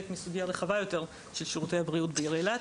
מסוגיה רחבה יותר של שירותי הבריאות בעיר אילת.